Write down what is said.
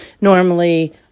normally